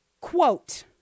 quote